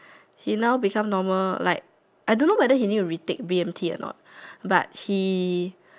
he now become normal like I don't know whether he need to retake b_m_t or not but he